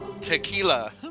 Tequila